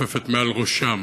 מתנופפת מעל ראשם.